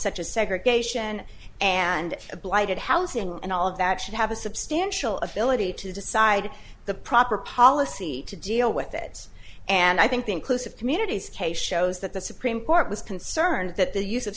such as segregation and blighted housing and all of that should have a substantial ability to decide the proper policy to deal with it and i think the inclusive communities case shows that the supreme court was concerned that the use of